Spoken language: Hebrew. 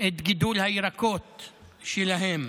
את גידולי הירקות שלהם.